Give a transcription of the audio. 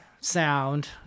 sound